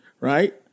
right